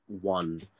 one